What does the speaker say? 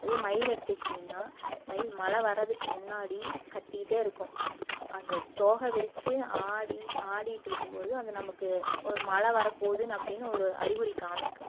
அதே மயில் எடுத்துக்கிட்டிங்கன்னா மயில் மழை வரதுக்கு முன்னாடி கத்திக்கிட்டே இருக்கும் அந்த தோகை விரித்து ஆடி ஆடிட்டு இருக்கும் போது அது நமக்கு ஒரு மழை வர போகுதுன்னு அப்டின்னு ஒரு அறிகுறி காமிக்கும்